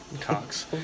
cocks